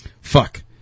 Fuck